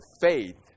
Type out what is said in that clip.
faith